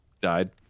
died